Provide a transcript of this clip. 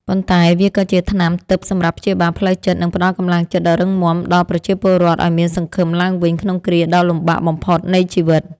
ប៉ុន្តែវាក៏ជាថ្នាំទិព្វសម្រាប់ព្យាបាលផ្លូវចិត្ត និងផ្តល់កម្លាំងចិត្តដ៏រឹងមាំដល់ប្រជាពលរដ្ឋឱ្យមានសង្ឃឹមឡើងវិញក្នុងគ្រាដ៏លំបាកបំផុតនៃជីវិត។